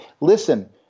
listen